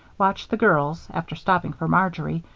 watched the girls, after stopping for marjory,